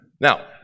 Now